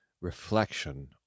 reflection